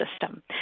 system